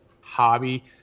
hobby